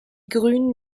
grünen